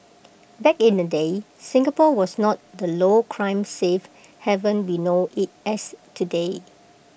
back in the day Singapore was not the low crime safe heaven we know IT as today